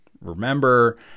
remember